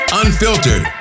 unfiltered